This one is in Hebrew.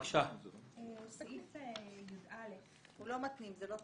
לסעיף (יא).